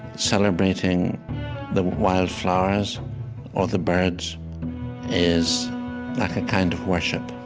celebrating the wildflowers or the birds is like a kind of worship